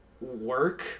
work